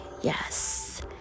yes